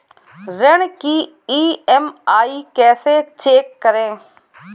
ऋण की ई.एम.आई कैसे चेक करें?